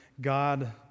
God